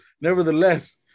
Nevertheless